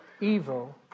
Evil